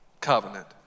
covenant